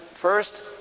first